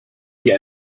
hier